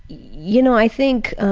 you know, i think